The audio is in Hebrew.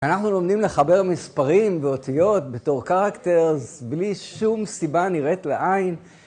אנחנו לומדים לחבר מספרים ואותיות בתור charackter בלי שום סיבה נראית לעין